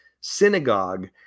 synagogue